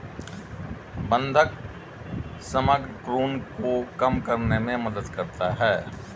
बंधक समग्र ऋण को कम करने में मदद करता है